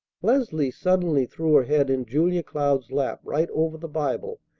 leslie suddenly threw her head in julia cloud's lap right over the bible,